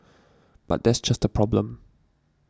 but that's just the problem